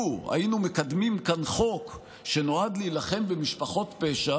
היינו מקדמים כאן חוק שנועד להילחם במשפחות פשע,